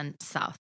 South